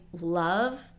love